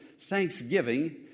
thanksgiving